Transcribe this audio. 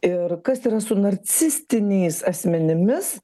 ir kas yra su narcistiniais asmenimis